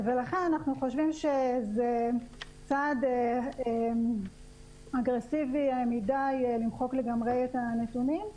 ולכן אנחנו חושבים שזה צעד אגרסיבי מדי למחוק לגמרי את הנתונים,